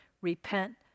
Repent